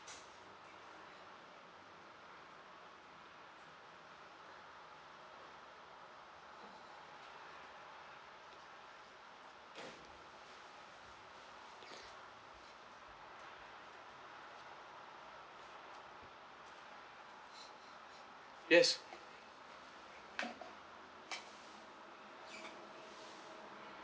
yes